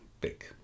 big